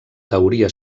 teoria